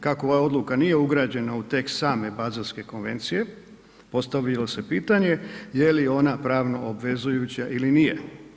Kako ova odluka nije ugrađena u tekst same Baselske Konvencije postavilo se pitanje je li ona pravno obvezujuća ili nije.